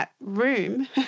room